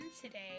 Today